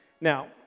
Now